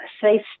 safe